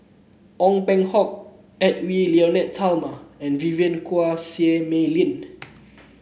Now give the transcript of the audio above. Ong Peng Hock Edwy Lyonet Talma and Vivien Quahe Seah Mei Lin